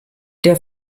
der